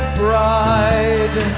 bride